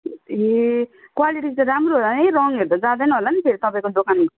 ए quality त राम्रो होला है रङहरू त जाँदैन होला नि फेरि तपाईँको दोकानको